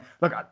look